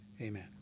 Amen